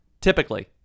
Typically